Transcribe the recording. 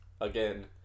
again